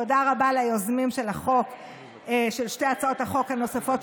תודה רבה ליוזמים של שתי הצעות החוק הנוספות,